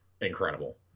incredible